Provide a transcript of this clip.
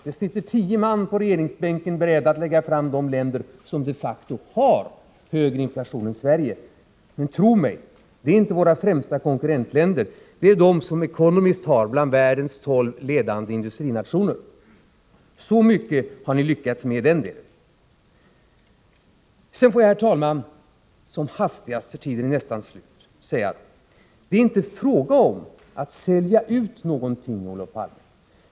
Det sitter tio man vid sidan av herr Palme som är beredda att ta fram uppgifter om vilka länder som de facto har högre inflation än Sverige. Men, tro mig! Det är inte våra främsta konkurrentländer; det är de som Economist räknat upp som världens tolv ledande industrinationer! — Så mycket har ni lyckats med i den delen. Låt mig sedan, herr talman, som hastigast — min taletid är nästan slut — säga att det inte är fråga om att sälja ut någonting.